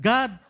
God